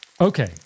Okay